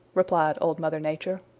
replied old mother nature.